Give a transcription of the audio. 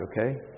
okay